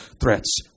threats